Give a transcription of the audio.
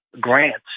grants